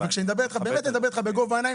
כשאני מדבר איתך אני באמת מדבר איתך בגובה העיניים,